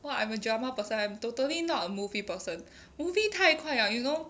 !wah! I'm a drama person I'm totally not a movie person movie 太快了 you know